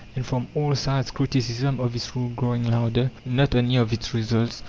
and from all sides criticism of this rule growing louder not only of its results,